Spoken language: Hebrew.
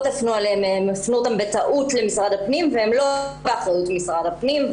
התייחסו אליהם הופנו בטעות למשרד הפנים והם לא באחריות משרד הפנים.